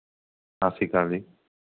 ਸਤਿ ਸ਼੍ਰੀ ਅਕਾਲ ਜੀ